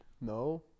No